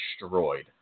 destroyed